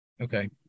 Okay